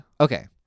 Okay